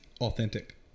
authentic